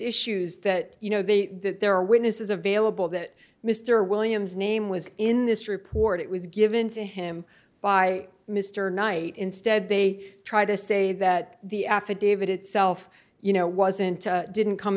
issues that you know they that there are witnesses available that mr williams name was in this report it was given to him by mr knight instead they try to say that the affidavit itself you know wasn't didn't come